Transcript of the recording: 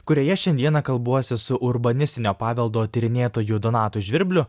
kurioje šiandieną kalbuosi su urbanistinio paveldo tyrinėtoju donatu žvirbliu